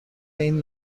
این